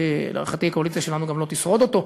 שלהערכתי הקואליציה שלנו גם לא תשרוד אותו,